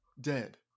dead